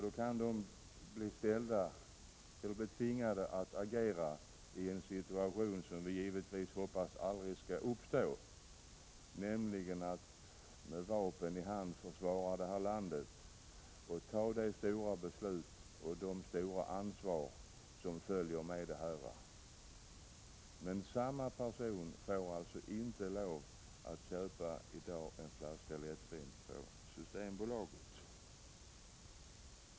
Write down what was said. De kan då också bli tvingade att agera i en situation som vi givetvis hoppas aldrig skall uppstå, nämligen att med vapen i hand försvara detta land och ta de stora beslut och det stora ansvar som följer med detta. Men samma personer får alltså i dag inte lov att köpa en flaska lättvin på Systembolaget.